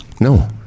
No